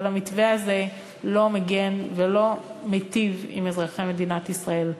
אבל המתווה הזה לא מגן ולא מיטיב עם אזרחי מדינת ישראל.